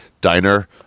diner